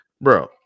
bro